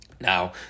Now